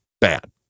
bad